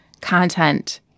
content